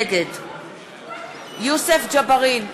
נגד יוסף ג'בארין,